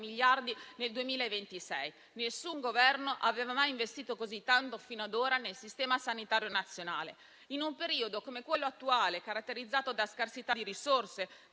miliardi nel 2026: nessun Governo aveva mai investito così tanto fino ad ora nel sistema sanitario nazionale. In un periodo come quello attuale, caratterizzato da scarsità di risorse